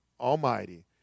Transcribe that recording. Almighty